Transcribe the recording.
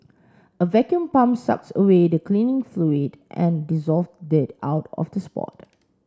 a vacuum pump sucks away the cleaning fluid and dissolved dirt out of the spot